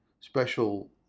special